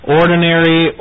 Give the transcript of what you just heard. ordinary